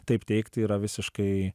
taip teigti yra visiškai